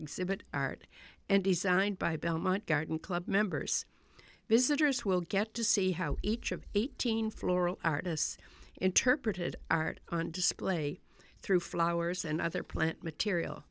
exhibit art and designed by belmont garden club members visitors will get to see how each of eighteen floral artists interpreted art on display through flowers and other plant material